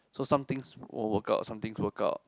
so somethings won't work out somethings work out